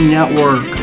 Network